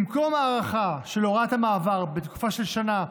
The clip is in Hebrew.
במקום הארכה של הוראת המעבר בתקופה של שנה,